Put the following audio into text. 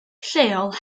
lleol